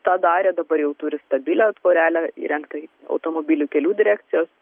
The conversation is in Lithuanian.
tą darė dabar jau turi stabilią tvorelę įrengtą automobilių kelių direkcijos